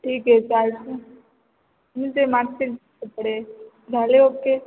ठीक आहे चालतय मी ते मागचे कपडे झाले ओके